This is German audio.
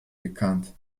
bekannt